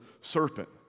serpent